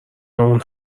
اون